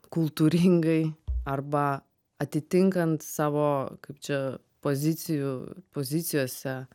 kultūringai arba atitinkant savo kaip čia pozicijų pozicijose